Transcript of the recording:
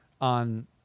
on